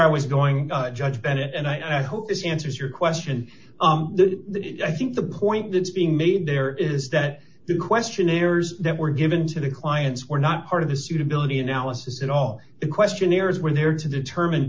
i was going judge bennett and i hope this answers your question i think the point that's being made there is that the questionnaires that were given to the clients were not part of the suitability analysis at all questionnaires were there to determine